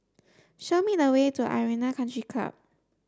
show me the way to Arena Country Club